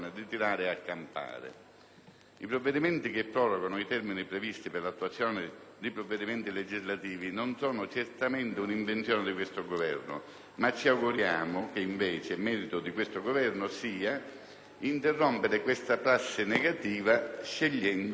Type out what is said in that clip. I provvedimenti che prorogano i termini previsti per l'attuazione di provvedimenti legislativi non sono certamente un'invenzione di questo Governo, ma ci auguriamo che, invece, merito di quest'ultimo sia interrompere tale prassi negativa, scegliendo e razionalizzando.